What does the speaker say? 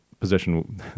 position